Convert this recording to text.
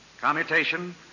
commutation